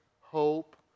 hope